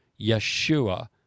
Yeshua